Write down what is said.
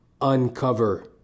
Uncover